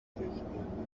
official